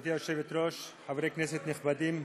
גברתי היושבת-ראש, חברי כנסת נכבדים,